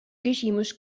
küsimus